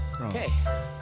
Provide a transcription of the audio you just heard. Okay